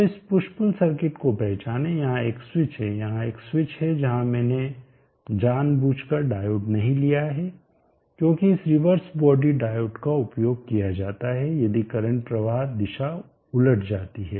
तो इस push pull circuit को पहचानें यहां एक स्विच है यहां एक स्विच है यहाँ मैंने जानबूझकर डायोड नहीं लिया है क्योंकि इस रिवर्स बॉडी डायोड का उपयोग किया जाता है यदि करंट प्रवाह दिशा उलट जाती है